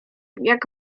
jak